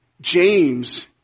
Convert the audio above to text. James